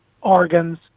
organs